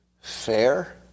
fair